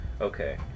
Okay